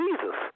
Jesus